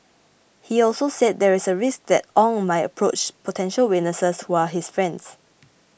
he also said there is a risk that Ong might approach potential witnesses who are his friends